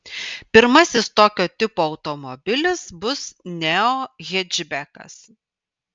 pirmasis tokio tipo automobilis bus neo hečbekas